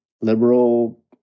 liberal